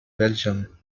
belgium